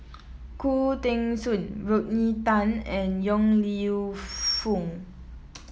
Khoo Teng Soon Rodney Tan and Yong Lew Foong